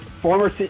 Former